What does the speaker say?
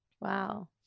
Wow